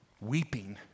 weeping